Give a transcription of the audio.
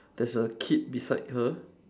there's a kid beside her